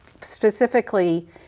specifically